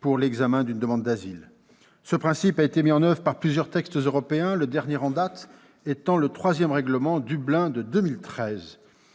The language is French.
pour l'examen d'une demande d'asile. Ce principe a été mis en oeuvre par plusieurs textes européens, le dernier en date étant le troisième règlement Dublin, de 2013.